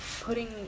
putting